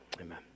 Amen